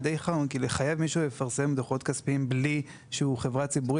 לחייב מישהו לפרסם דו"חות כספיים בלי שהוא חברה ציבורית